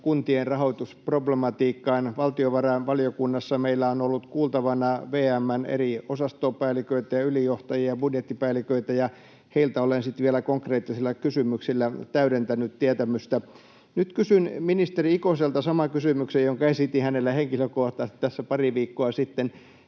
kuntien rahoitusproblematiikkaan. Valtiovarainvaliokunnassa meillä on ollut kuultavana VM:n eri osastopäälliköitä ja ylijohtajia, budjettipäälliköitä, ja heiltä olen sitten vielä konkreettisilla kysymyksillä täydentänyt tietämystä. Nyt kysyn ministeri Ikoselta saman kysymyksen, jonka esitin hänelle henkilökohtaisesti tässä pari viikkoa sitten.